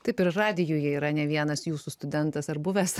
taip ir radijuje yra ne vienas jūsų studentas ar buvęs